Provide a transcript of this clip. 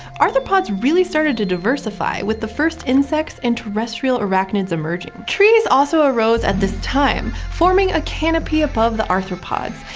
arthropods really started to diversify with the first insects and terrestrial arachnids emerging. trees also arose at this time, forming a canopy above the arthropods,